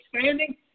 standing